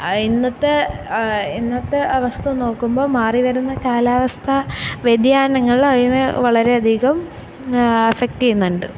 ഇന്നത്തെ ഇന്നത്തെ അവസ്ഥ നോക്കുമ്പോൾ മാറിവരുന്ന കാലാവസ്ഥ വ്യതിയാനങ്ങള് അതിനെ വളരെയധികം അഫക്ട് ചെയ്യുന്നുണ്ട്